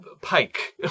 pike